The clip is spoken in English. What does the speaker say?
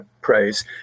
praise